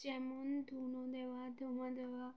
যেমন ধুয়ো দেওয়া ধুঁয়া দেওয়া